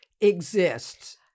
exists